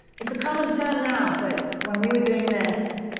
it's a common term now, but when we were doing this,